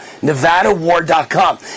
NevadaWar.com